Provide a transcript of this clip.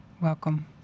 Welcome